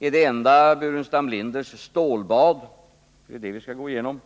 Är det Burenstam Linders stålbad vi skall gå igenom?